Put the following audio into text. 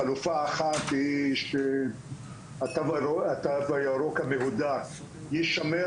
חלופה אחת היא שהתו הירוק המהודק יישמר